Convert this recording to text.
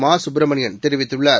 மாசுப்பிரமணியன் தெரிவித்துள்ளார்